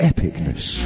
Epicness